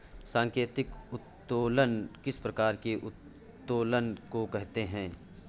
सांकेतिक उत्तोलन किस प्रकार के उत्तोलन को कहते हैं?